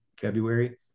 February